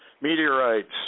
meteorites